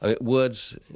Words